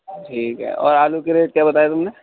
ٹھیک ہے اور آلو کے ریٹ کیا بتائے تم نے